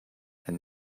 and